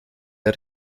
der